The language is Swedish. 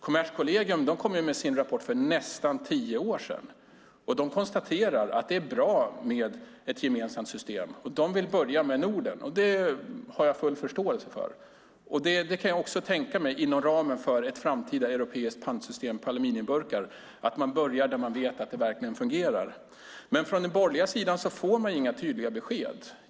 Kommerskollegium kom med sin rapport för nästan tio år sedan. De konstaterar att det är bra med ett gemensamt system. De vill börja med Norden, och det har jag full förståelse för. Jag kan tänka mig att man inom ramen för ett framtida europeiskt pantsystem för aluminiumburkar börjar där man vet att det verkligen fungerar. Men från den borgerliga sidan får vi inga tydliga besked.